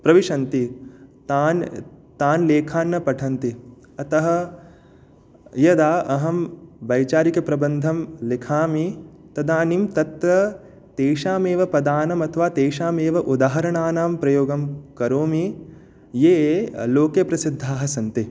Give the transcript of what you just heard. प्रविशन्ति तान् तान् लेखान् न पठन्ति अतः यदा अहं वैचारिकप्रबन्धं लिखामि तदानीं तत्र तेषामेव पदानम् अथवा तेषामेव उदाहरणानं प्रयोगं करोमि ये लोके प्रसिद्धाः सन्ति